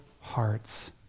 hearts